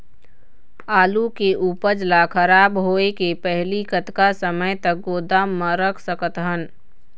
आलू के उपज ला खराब होय के पहली कतका समय तक गोदाम म रख सकत हन?